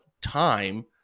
time